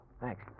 Thanks